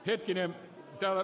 hetkinen teol